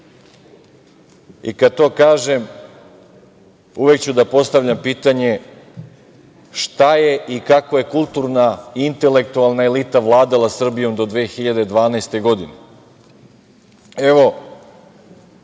Kad to kažem, uvek ću da postavljam pitanje – šta je i kako je kulturna i intelektualna elita vladala Srbijom do 2012. godine? Već